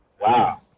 wow